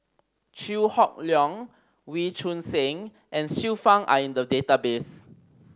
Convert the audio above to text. Chew Hock Leong Wee Choon Seng and Xiu Fang are in the database